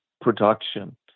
production